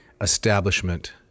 establishment